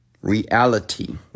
reality